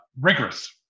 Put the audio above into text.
rigorous